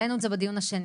העלנו את זה בדיון השני,